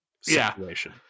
situation